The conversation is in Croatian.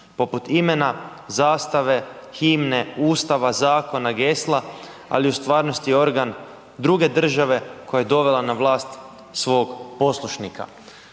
poput imena, zastave, himne, Ustava, zakona, gesla, ali je u stvarnosti organ druge države koja je dovela na vlast svog poslušnika.